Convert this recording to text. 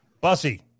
Bussy